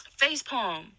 facepalm